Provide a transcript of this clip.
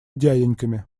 дяденьками